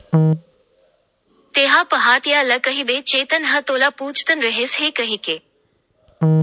तेंहा पहाटिया ल कहिबे चेतन ह तोला पूछत रहिस हे कहिके